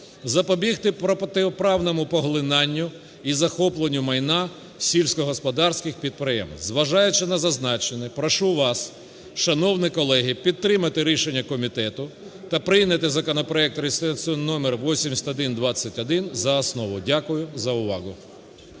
запобігти протиправному поглинанню і захопленню майна сільськогосподарських підприємств. Зважаючи на зазначене, прошу вас, шановні колеги, підтримати рішення комітету та прийняти законопроект (реєстраційний номер 8121) за основу. Дякую за увагу.